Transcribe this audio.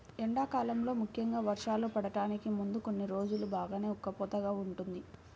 ఎండాకాలంలో ముఖ్యంగా వర్షాలు పడటానికి ముందు కొన్ని రోజులు బాగా ఉక్కపోతగా ఉంటుంది